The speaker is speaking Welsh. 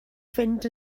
fynd